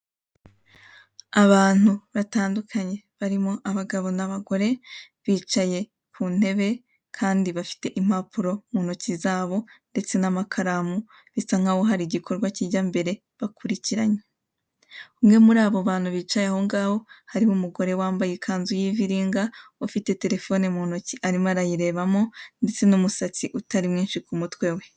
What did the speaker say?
Abantu batandukanye barimo abagabo n'abagore bicaye ku ntebe kandi bafite impapuro mu ntoki zabo ndetse n'amakaramu bisa nkaho hari igikorwa kijya mbere bakurikiranye. Umwe muri abo bantu bicaye aho ngaho harimo umugore wambaye ikanzu y'iviringa ufite telefoni mu ntoki arimo arayirebamo ndetse n'umusatsi utari mwinshi ku mutwe we.